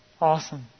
Awesome